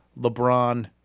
LeBron